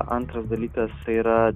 antras dalykas tai yra